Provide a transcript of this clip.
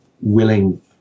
willing